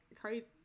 crazy